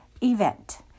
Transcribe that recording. event